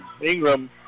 Ingram